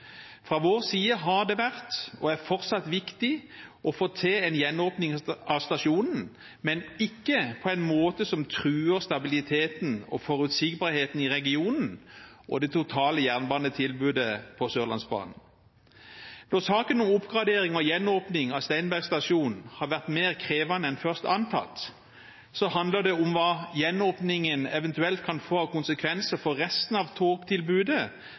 Fra vår side har det vært, og er fortsatt, viktig å få til en gjenåpning av stasjonen, men ikke på en måte som truer stabiliteten og forutsigbarheten i regionen og det totale jernbanetilbudet på Sørlandsbanen. Når saken om oppgradering og gjenåpning av Steinberg stasjon har vært mer krevende enn først antatt, handler det om hva gjenåpningen eventuelt kan få av konsekvenser for resten av togtilbudet,